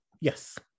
Yes